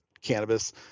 cannabis